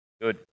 Good